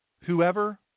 whoever